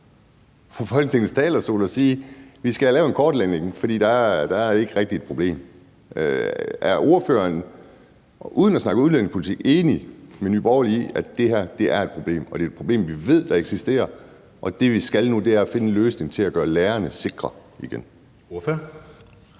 på Folketingets talerstol og sige, at vi skal have lavet en kortlægning, for der er ikke rigtig et problem? Er ordføreren, uden at snakke udlændingepolitik, enig med Nye Borgerlige i, at det her er et problem, at det er et problem, vi ved eksisterer, og at det, vi skal nu, er at finde en løsning til at gøre lærerne sikre igen?